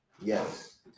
Yes